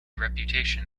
reputation